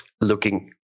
looking